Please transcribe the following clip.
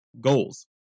goals